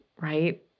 right